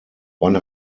wann